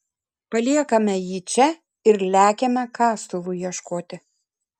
paliekame jį čia ir lekiame kastuvų ieškoti